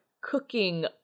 cooking